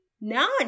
none